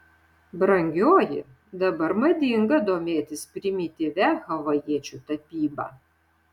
brangioji dabar madinga domėtis primityvia havajiečių tapyba